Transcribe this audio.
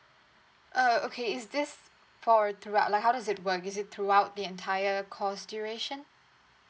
uh okay is this for throughout like how does it work is it throughout the entire course duration